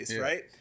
right